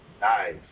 Nice